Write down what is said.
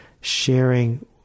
sharing